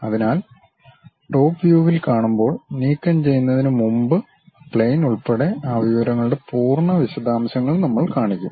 അതിനാൽ ടോപ് വ്യൂവിൽ കാണുമ്പോൾ നീക്കംചെയ്യുന്നതിന് മുമ്പ് പ്ളെയിൻ ഉൾപ്പെടെ ആ വിവരങ്ങളുടെ പൂർണ്ണ വിശദാംശങ്ങൾ നമ്മൾ കാണിക്കും